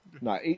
No